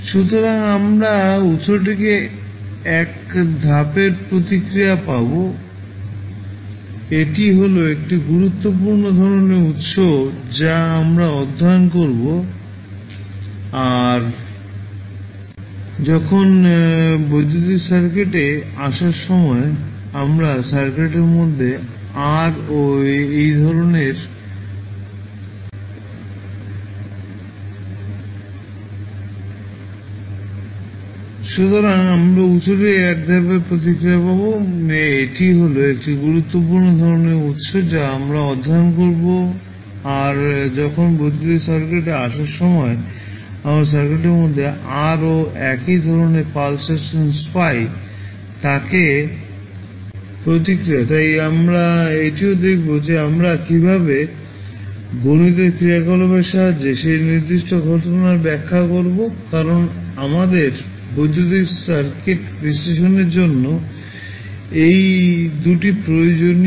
সুতরাং আমরা উৎসটির এক ধাপের প্রতিক্রিয়া পাব এটি হল একটি গুরুত্বপূর্ণ ধরণের উৎস যা আমরা অধ্যয়ন করব আর যখন বৈদ্যুতিক সার্কিটে আসার সময় আমরা সার্কিটের মধ্যে R0 একটি ধরণের পালস রেসপন্স পাই প্রতিক্রিয়া তাই আমরা এটিও দেখব যে আমরা কীভাবে গণিতের ক্রিয়াকলাপের সাহায্যে সেই নির্দিষ্ট ঘটনার ব্যাখ্যা করব কারণ আমাদের বৈদ্যুতিক সার্কিট বিশ্লেষণের জন্য এই দুটি প্রয়োজনীয়